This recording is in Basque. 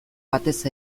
batez